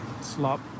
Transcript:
slop